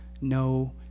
no